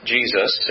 Jesus